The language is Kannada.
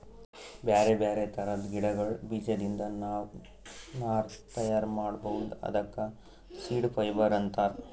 ಬ್ಯಾರೆ ಬ್ಯಾರೆ ಥರದ್ ಗಿಡಗಳ್ ಬೀಜದಿಂದ್ ನಾವ್ ನಾರ್ ತಯಾರ್ ಮಾಡ್ಬಹುದ್ ಅದಕ್ಕ ಸೀಡ್ ಫೈಬರ್ ಅಂತಾರ್